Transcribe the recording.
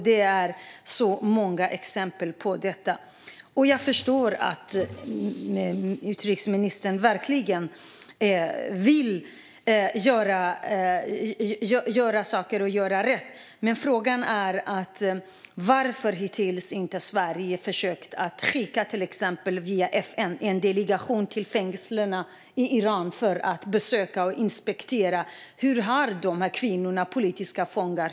Det finns många exempel på detta. Jag förstår att utrikesministern verkligen vill göra saker och göra rätt, men frågan är: Varför har Sverige inte försökt att skicka en delegation, till exempel via FN, till fängelserna i Iran för att inspektera dem? Hur är det för de kvinnor som är politiska fångar?